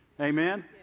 Amen